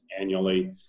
annually